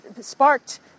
sparked